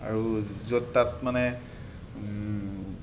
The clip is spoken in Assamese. আৰু য'ত তাত মানে